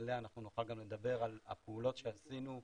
יעלה אנחנו נוכל לדבר גם על הפעולות שעשינו בהמשך.